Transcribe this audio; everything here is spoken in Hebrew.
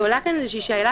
ועולה שאלה